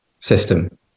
system